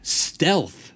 stealth